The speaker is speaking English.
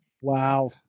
Wow